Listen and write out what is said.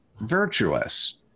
virtuous